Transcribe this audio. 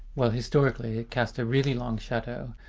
well historically it cast a really long shadow.